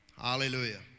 Hallelujah